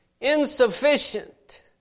Insufficient